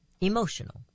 Emotional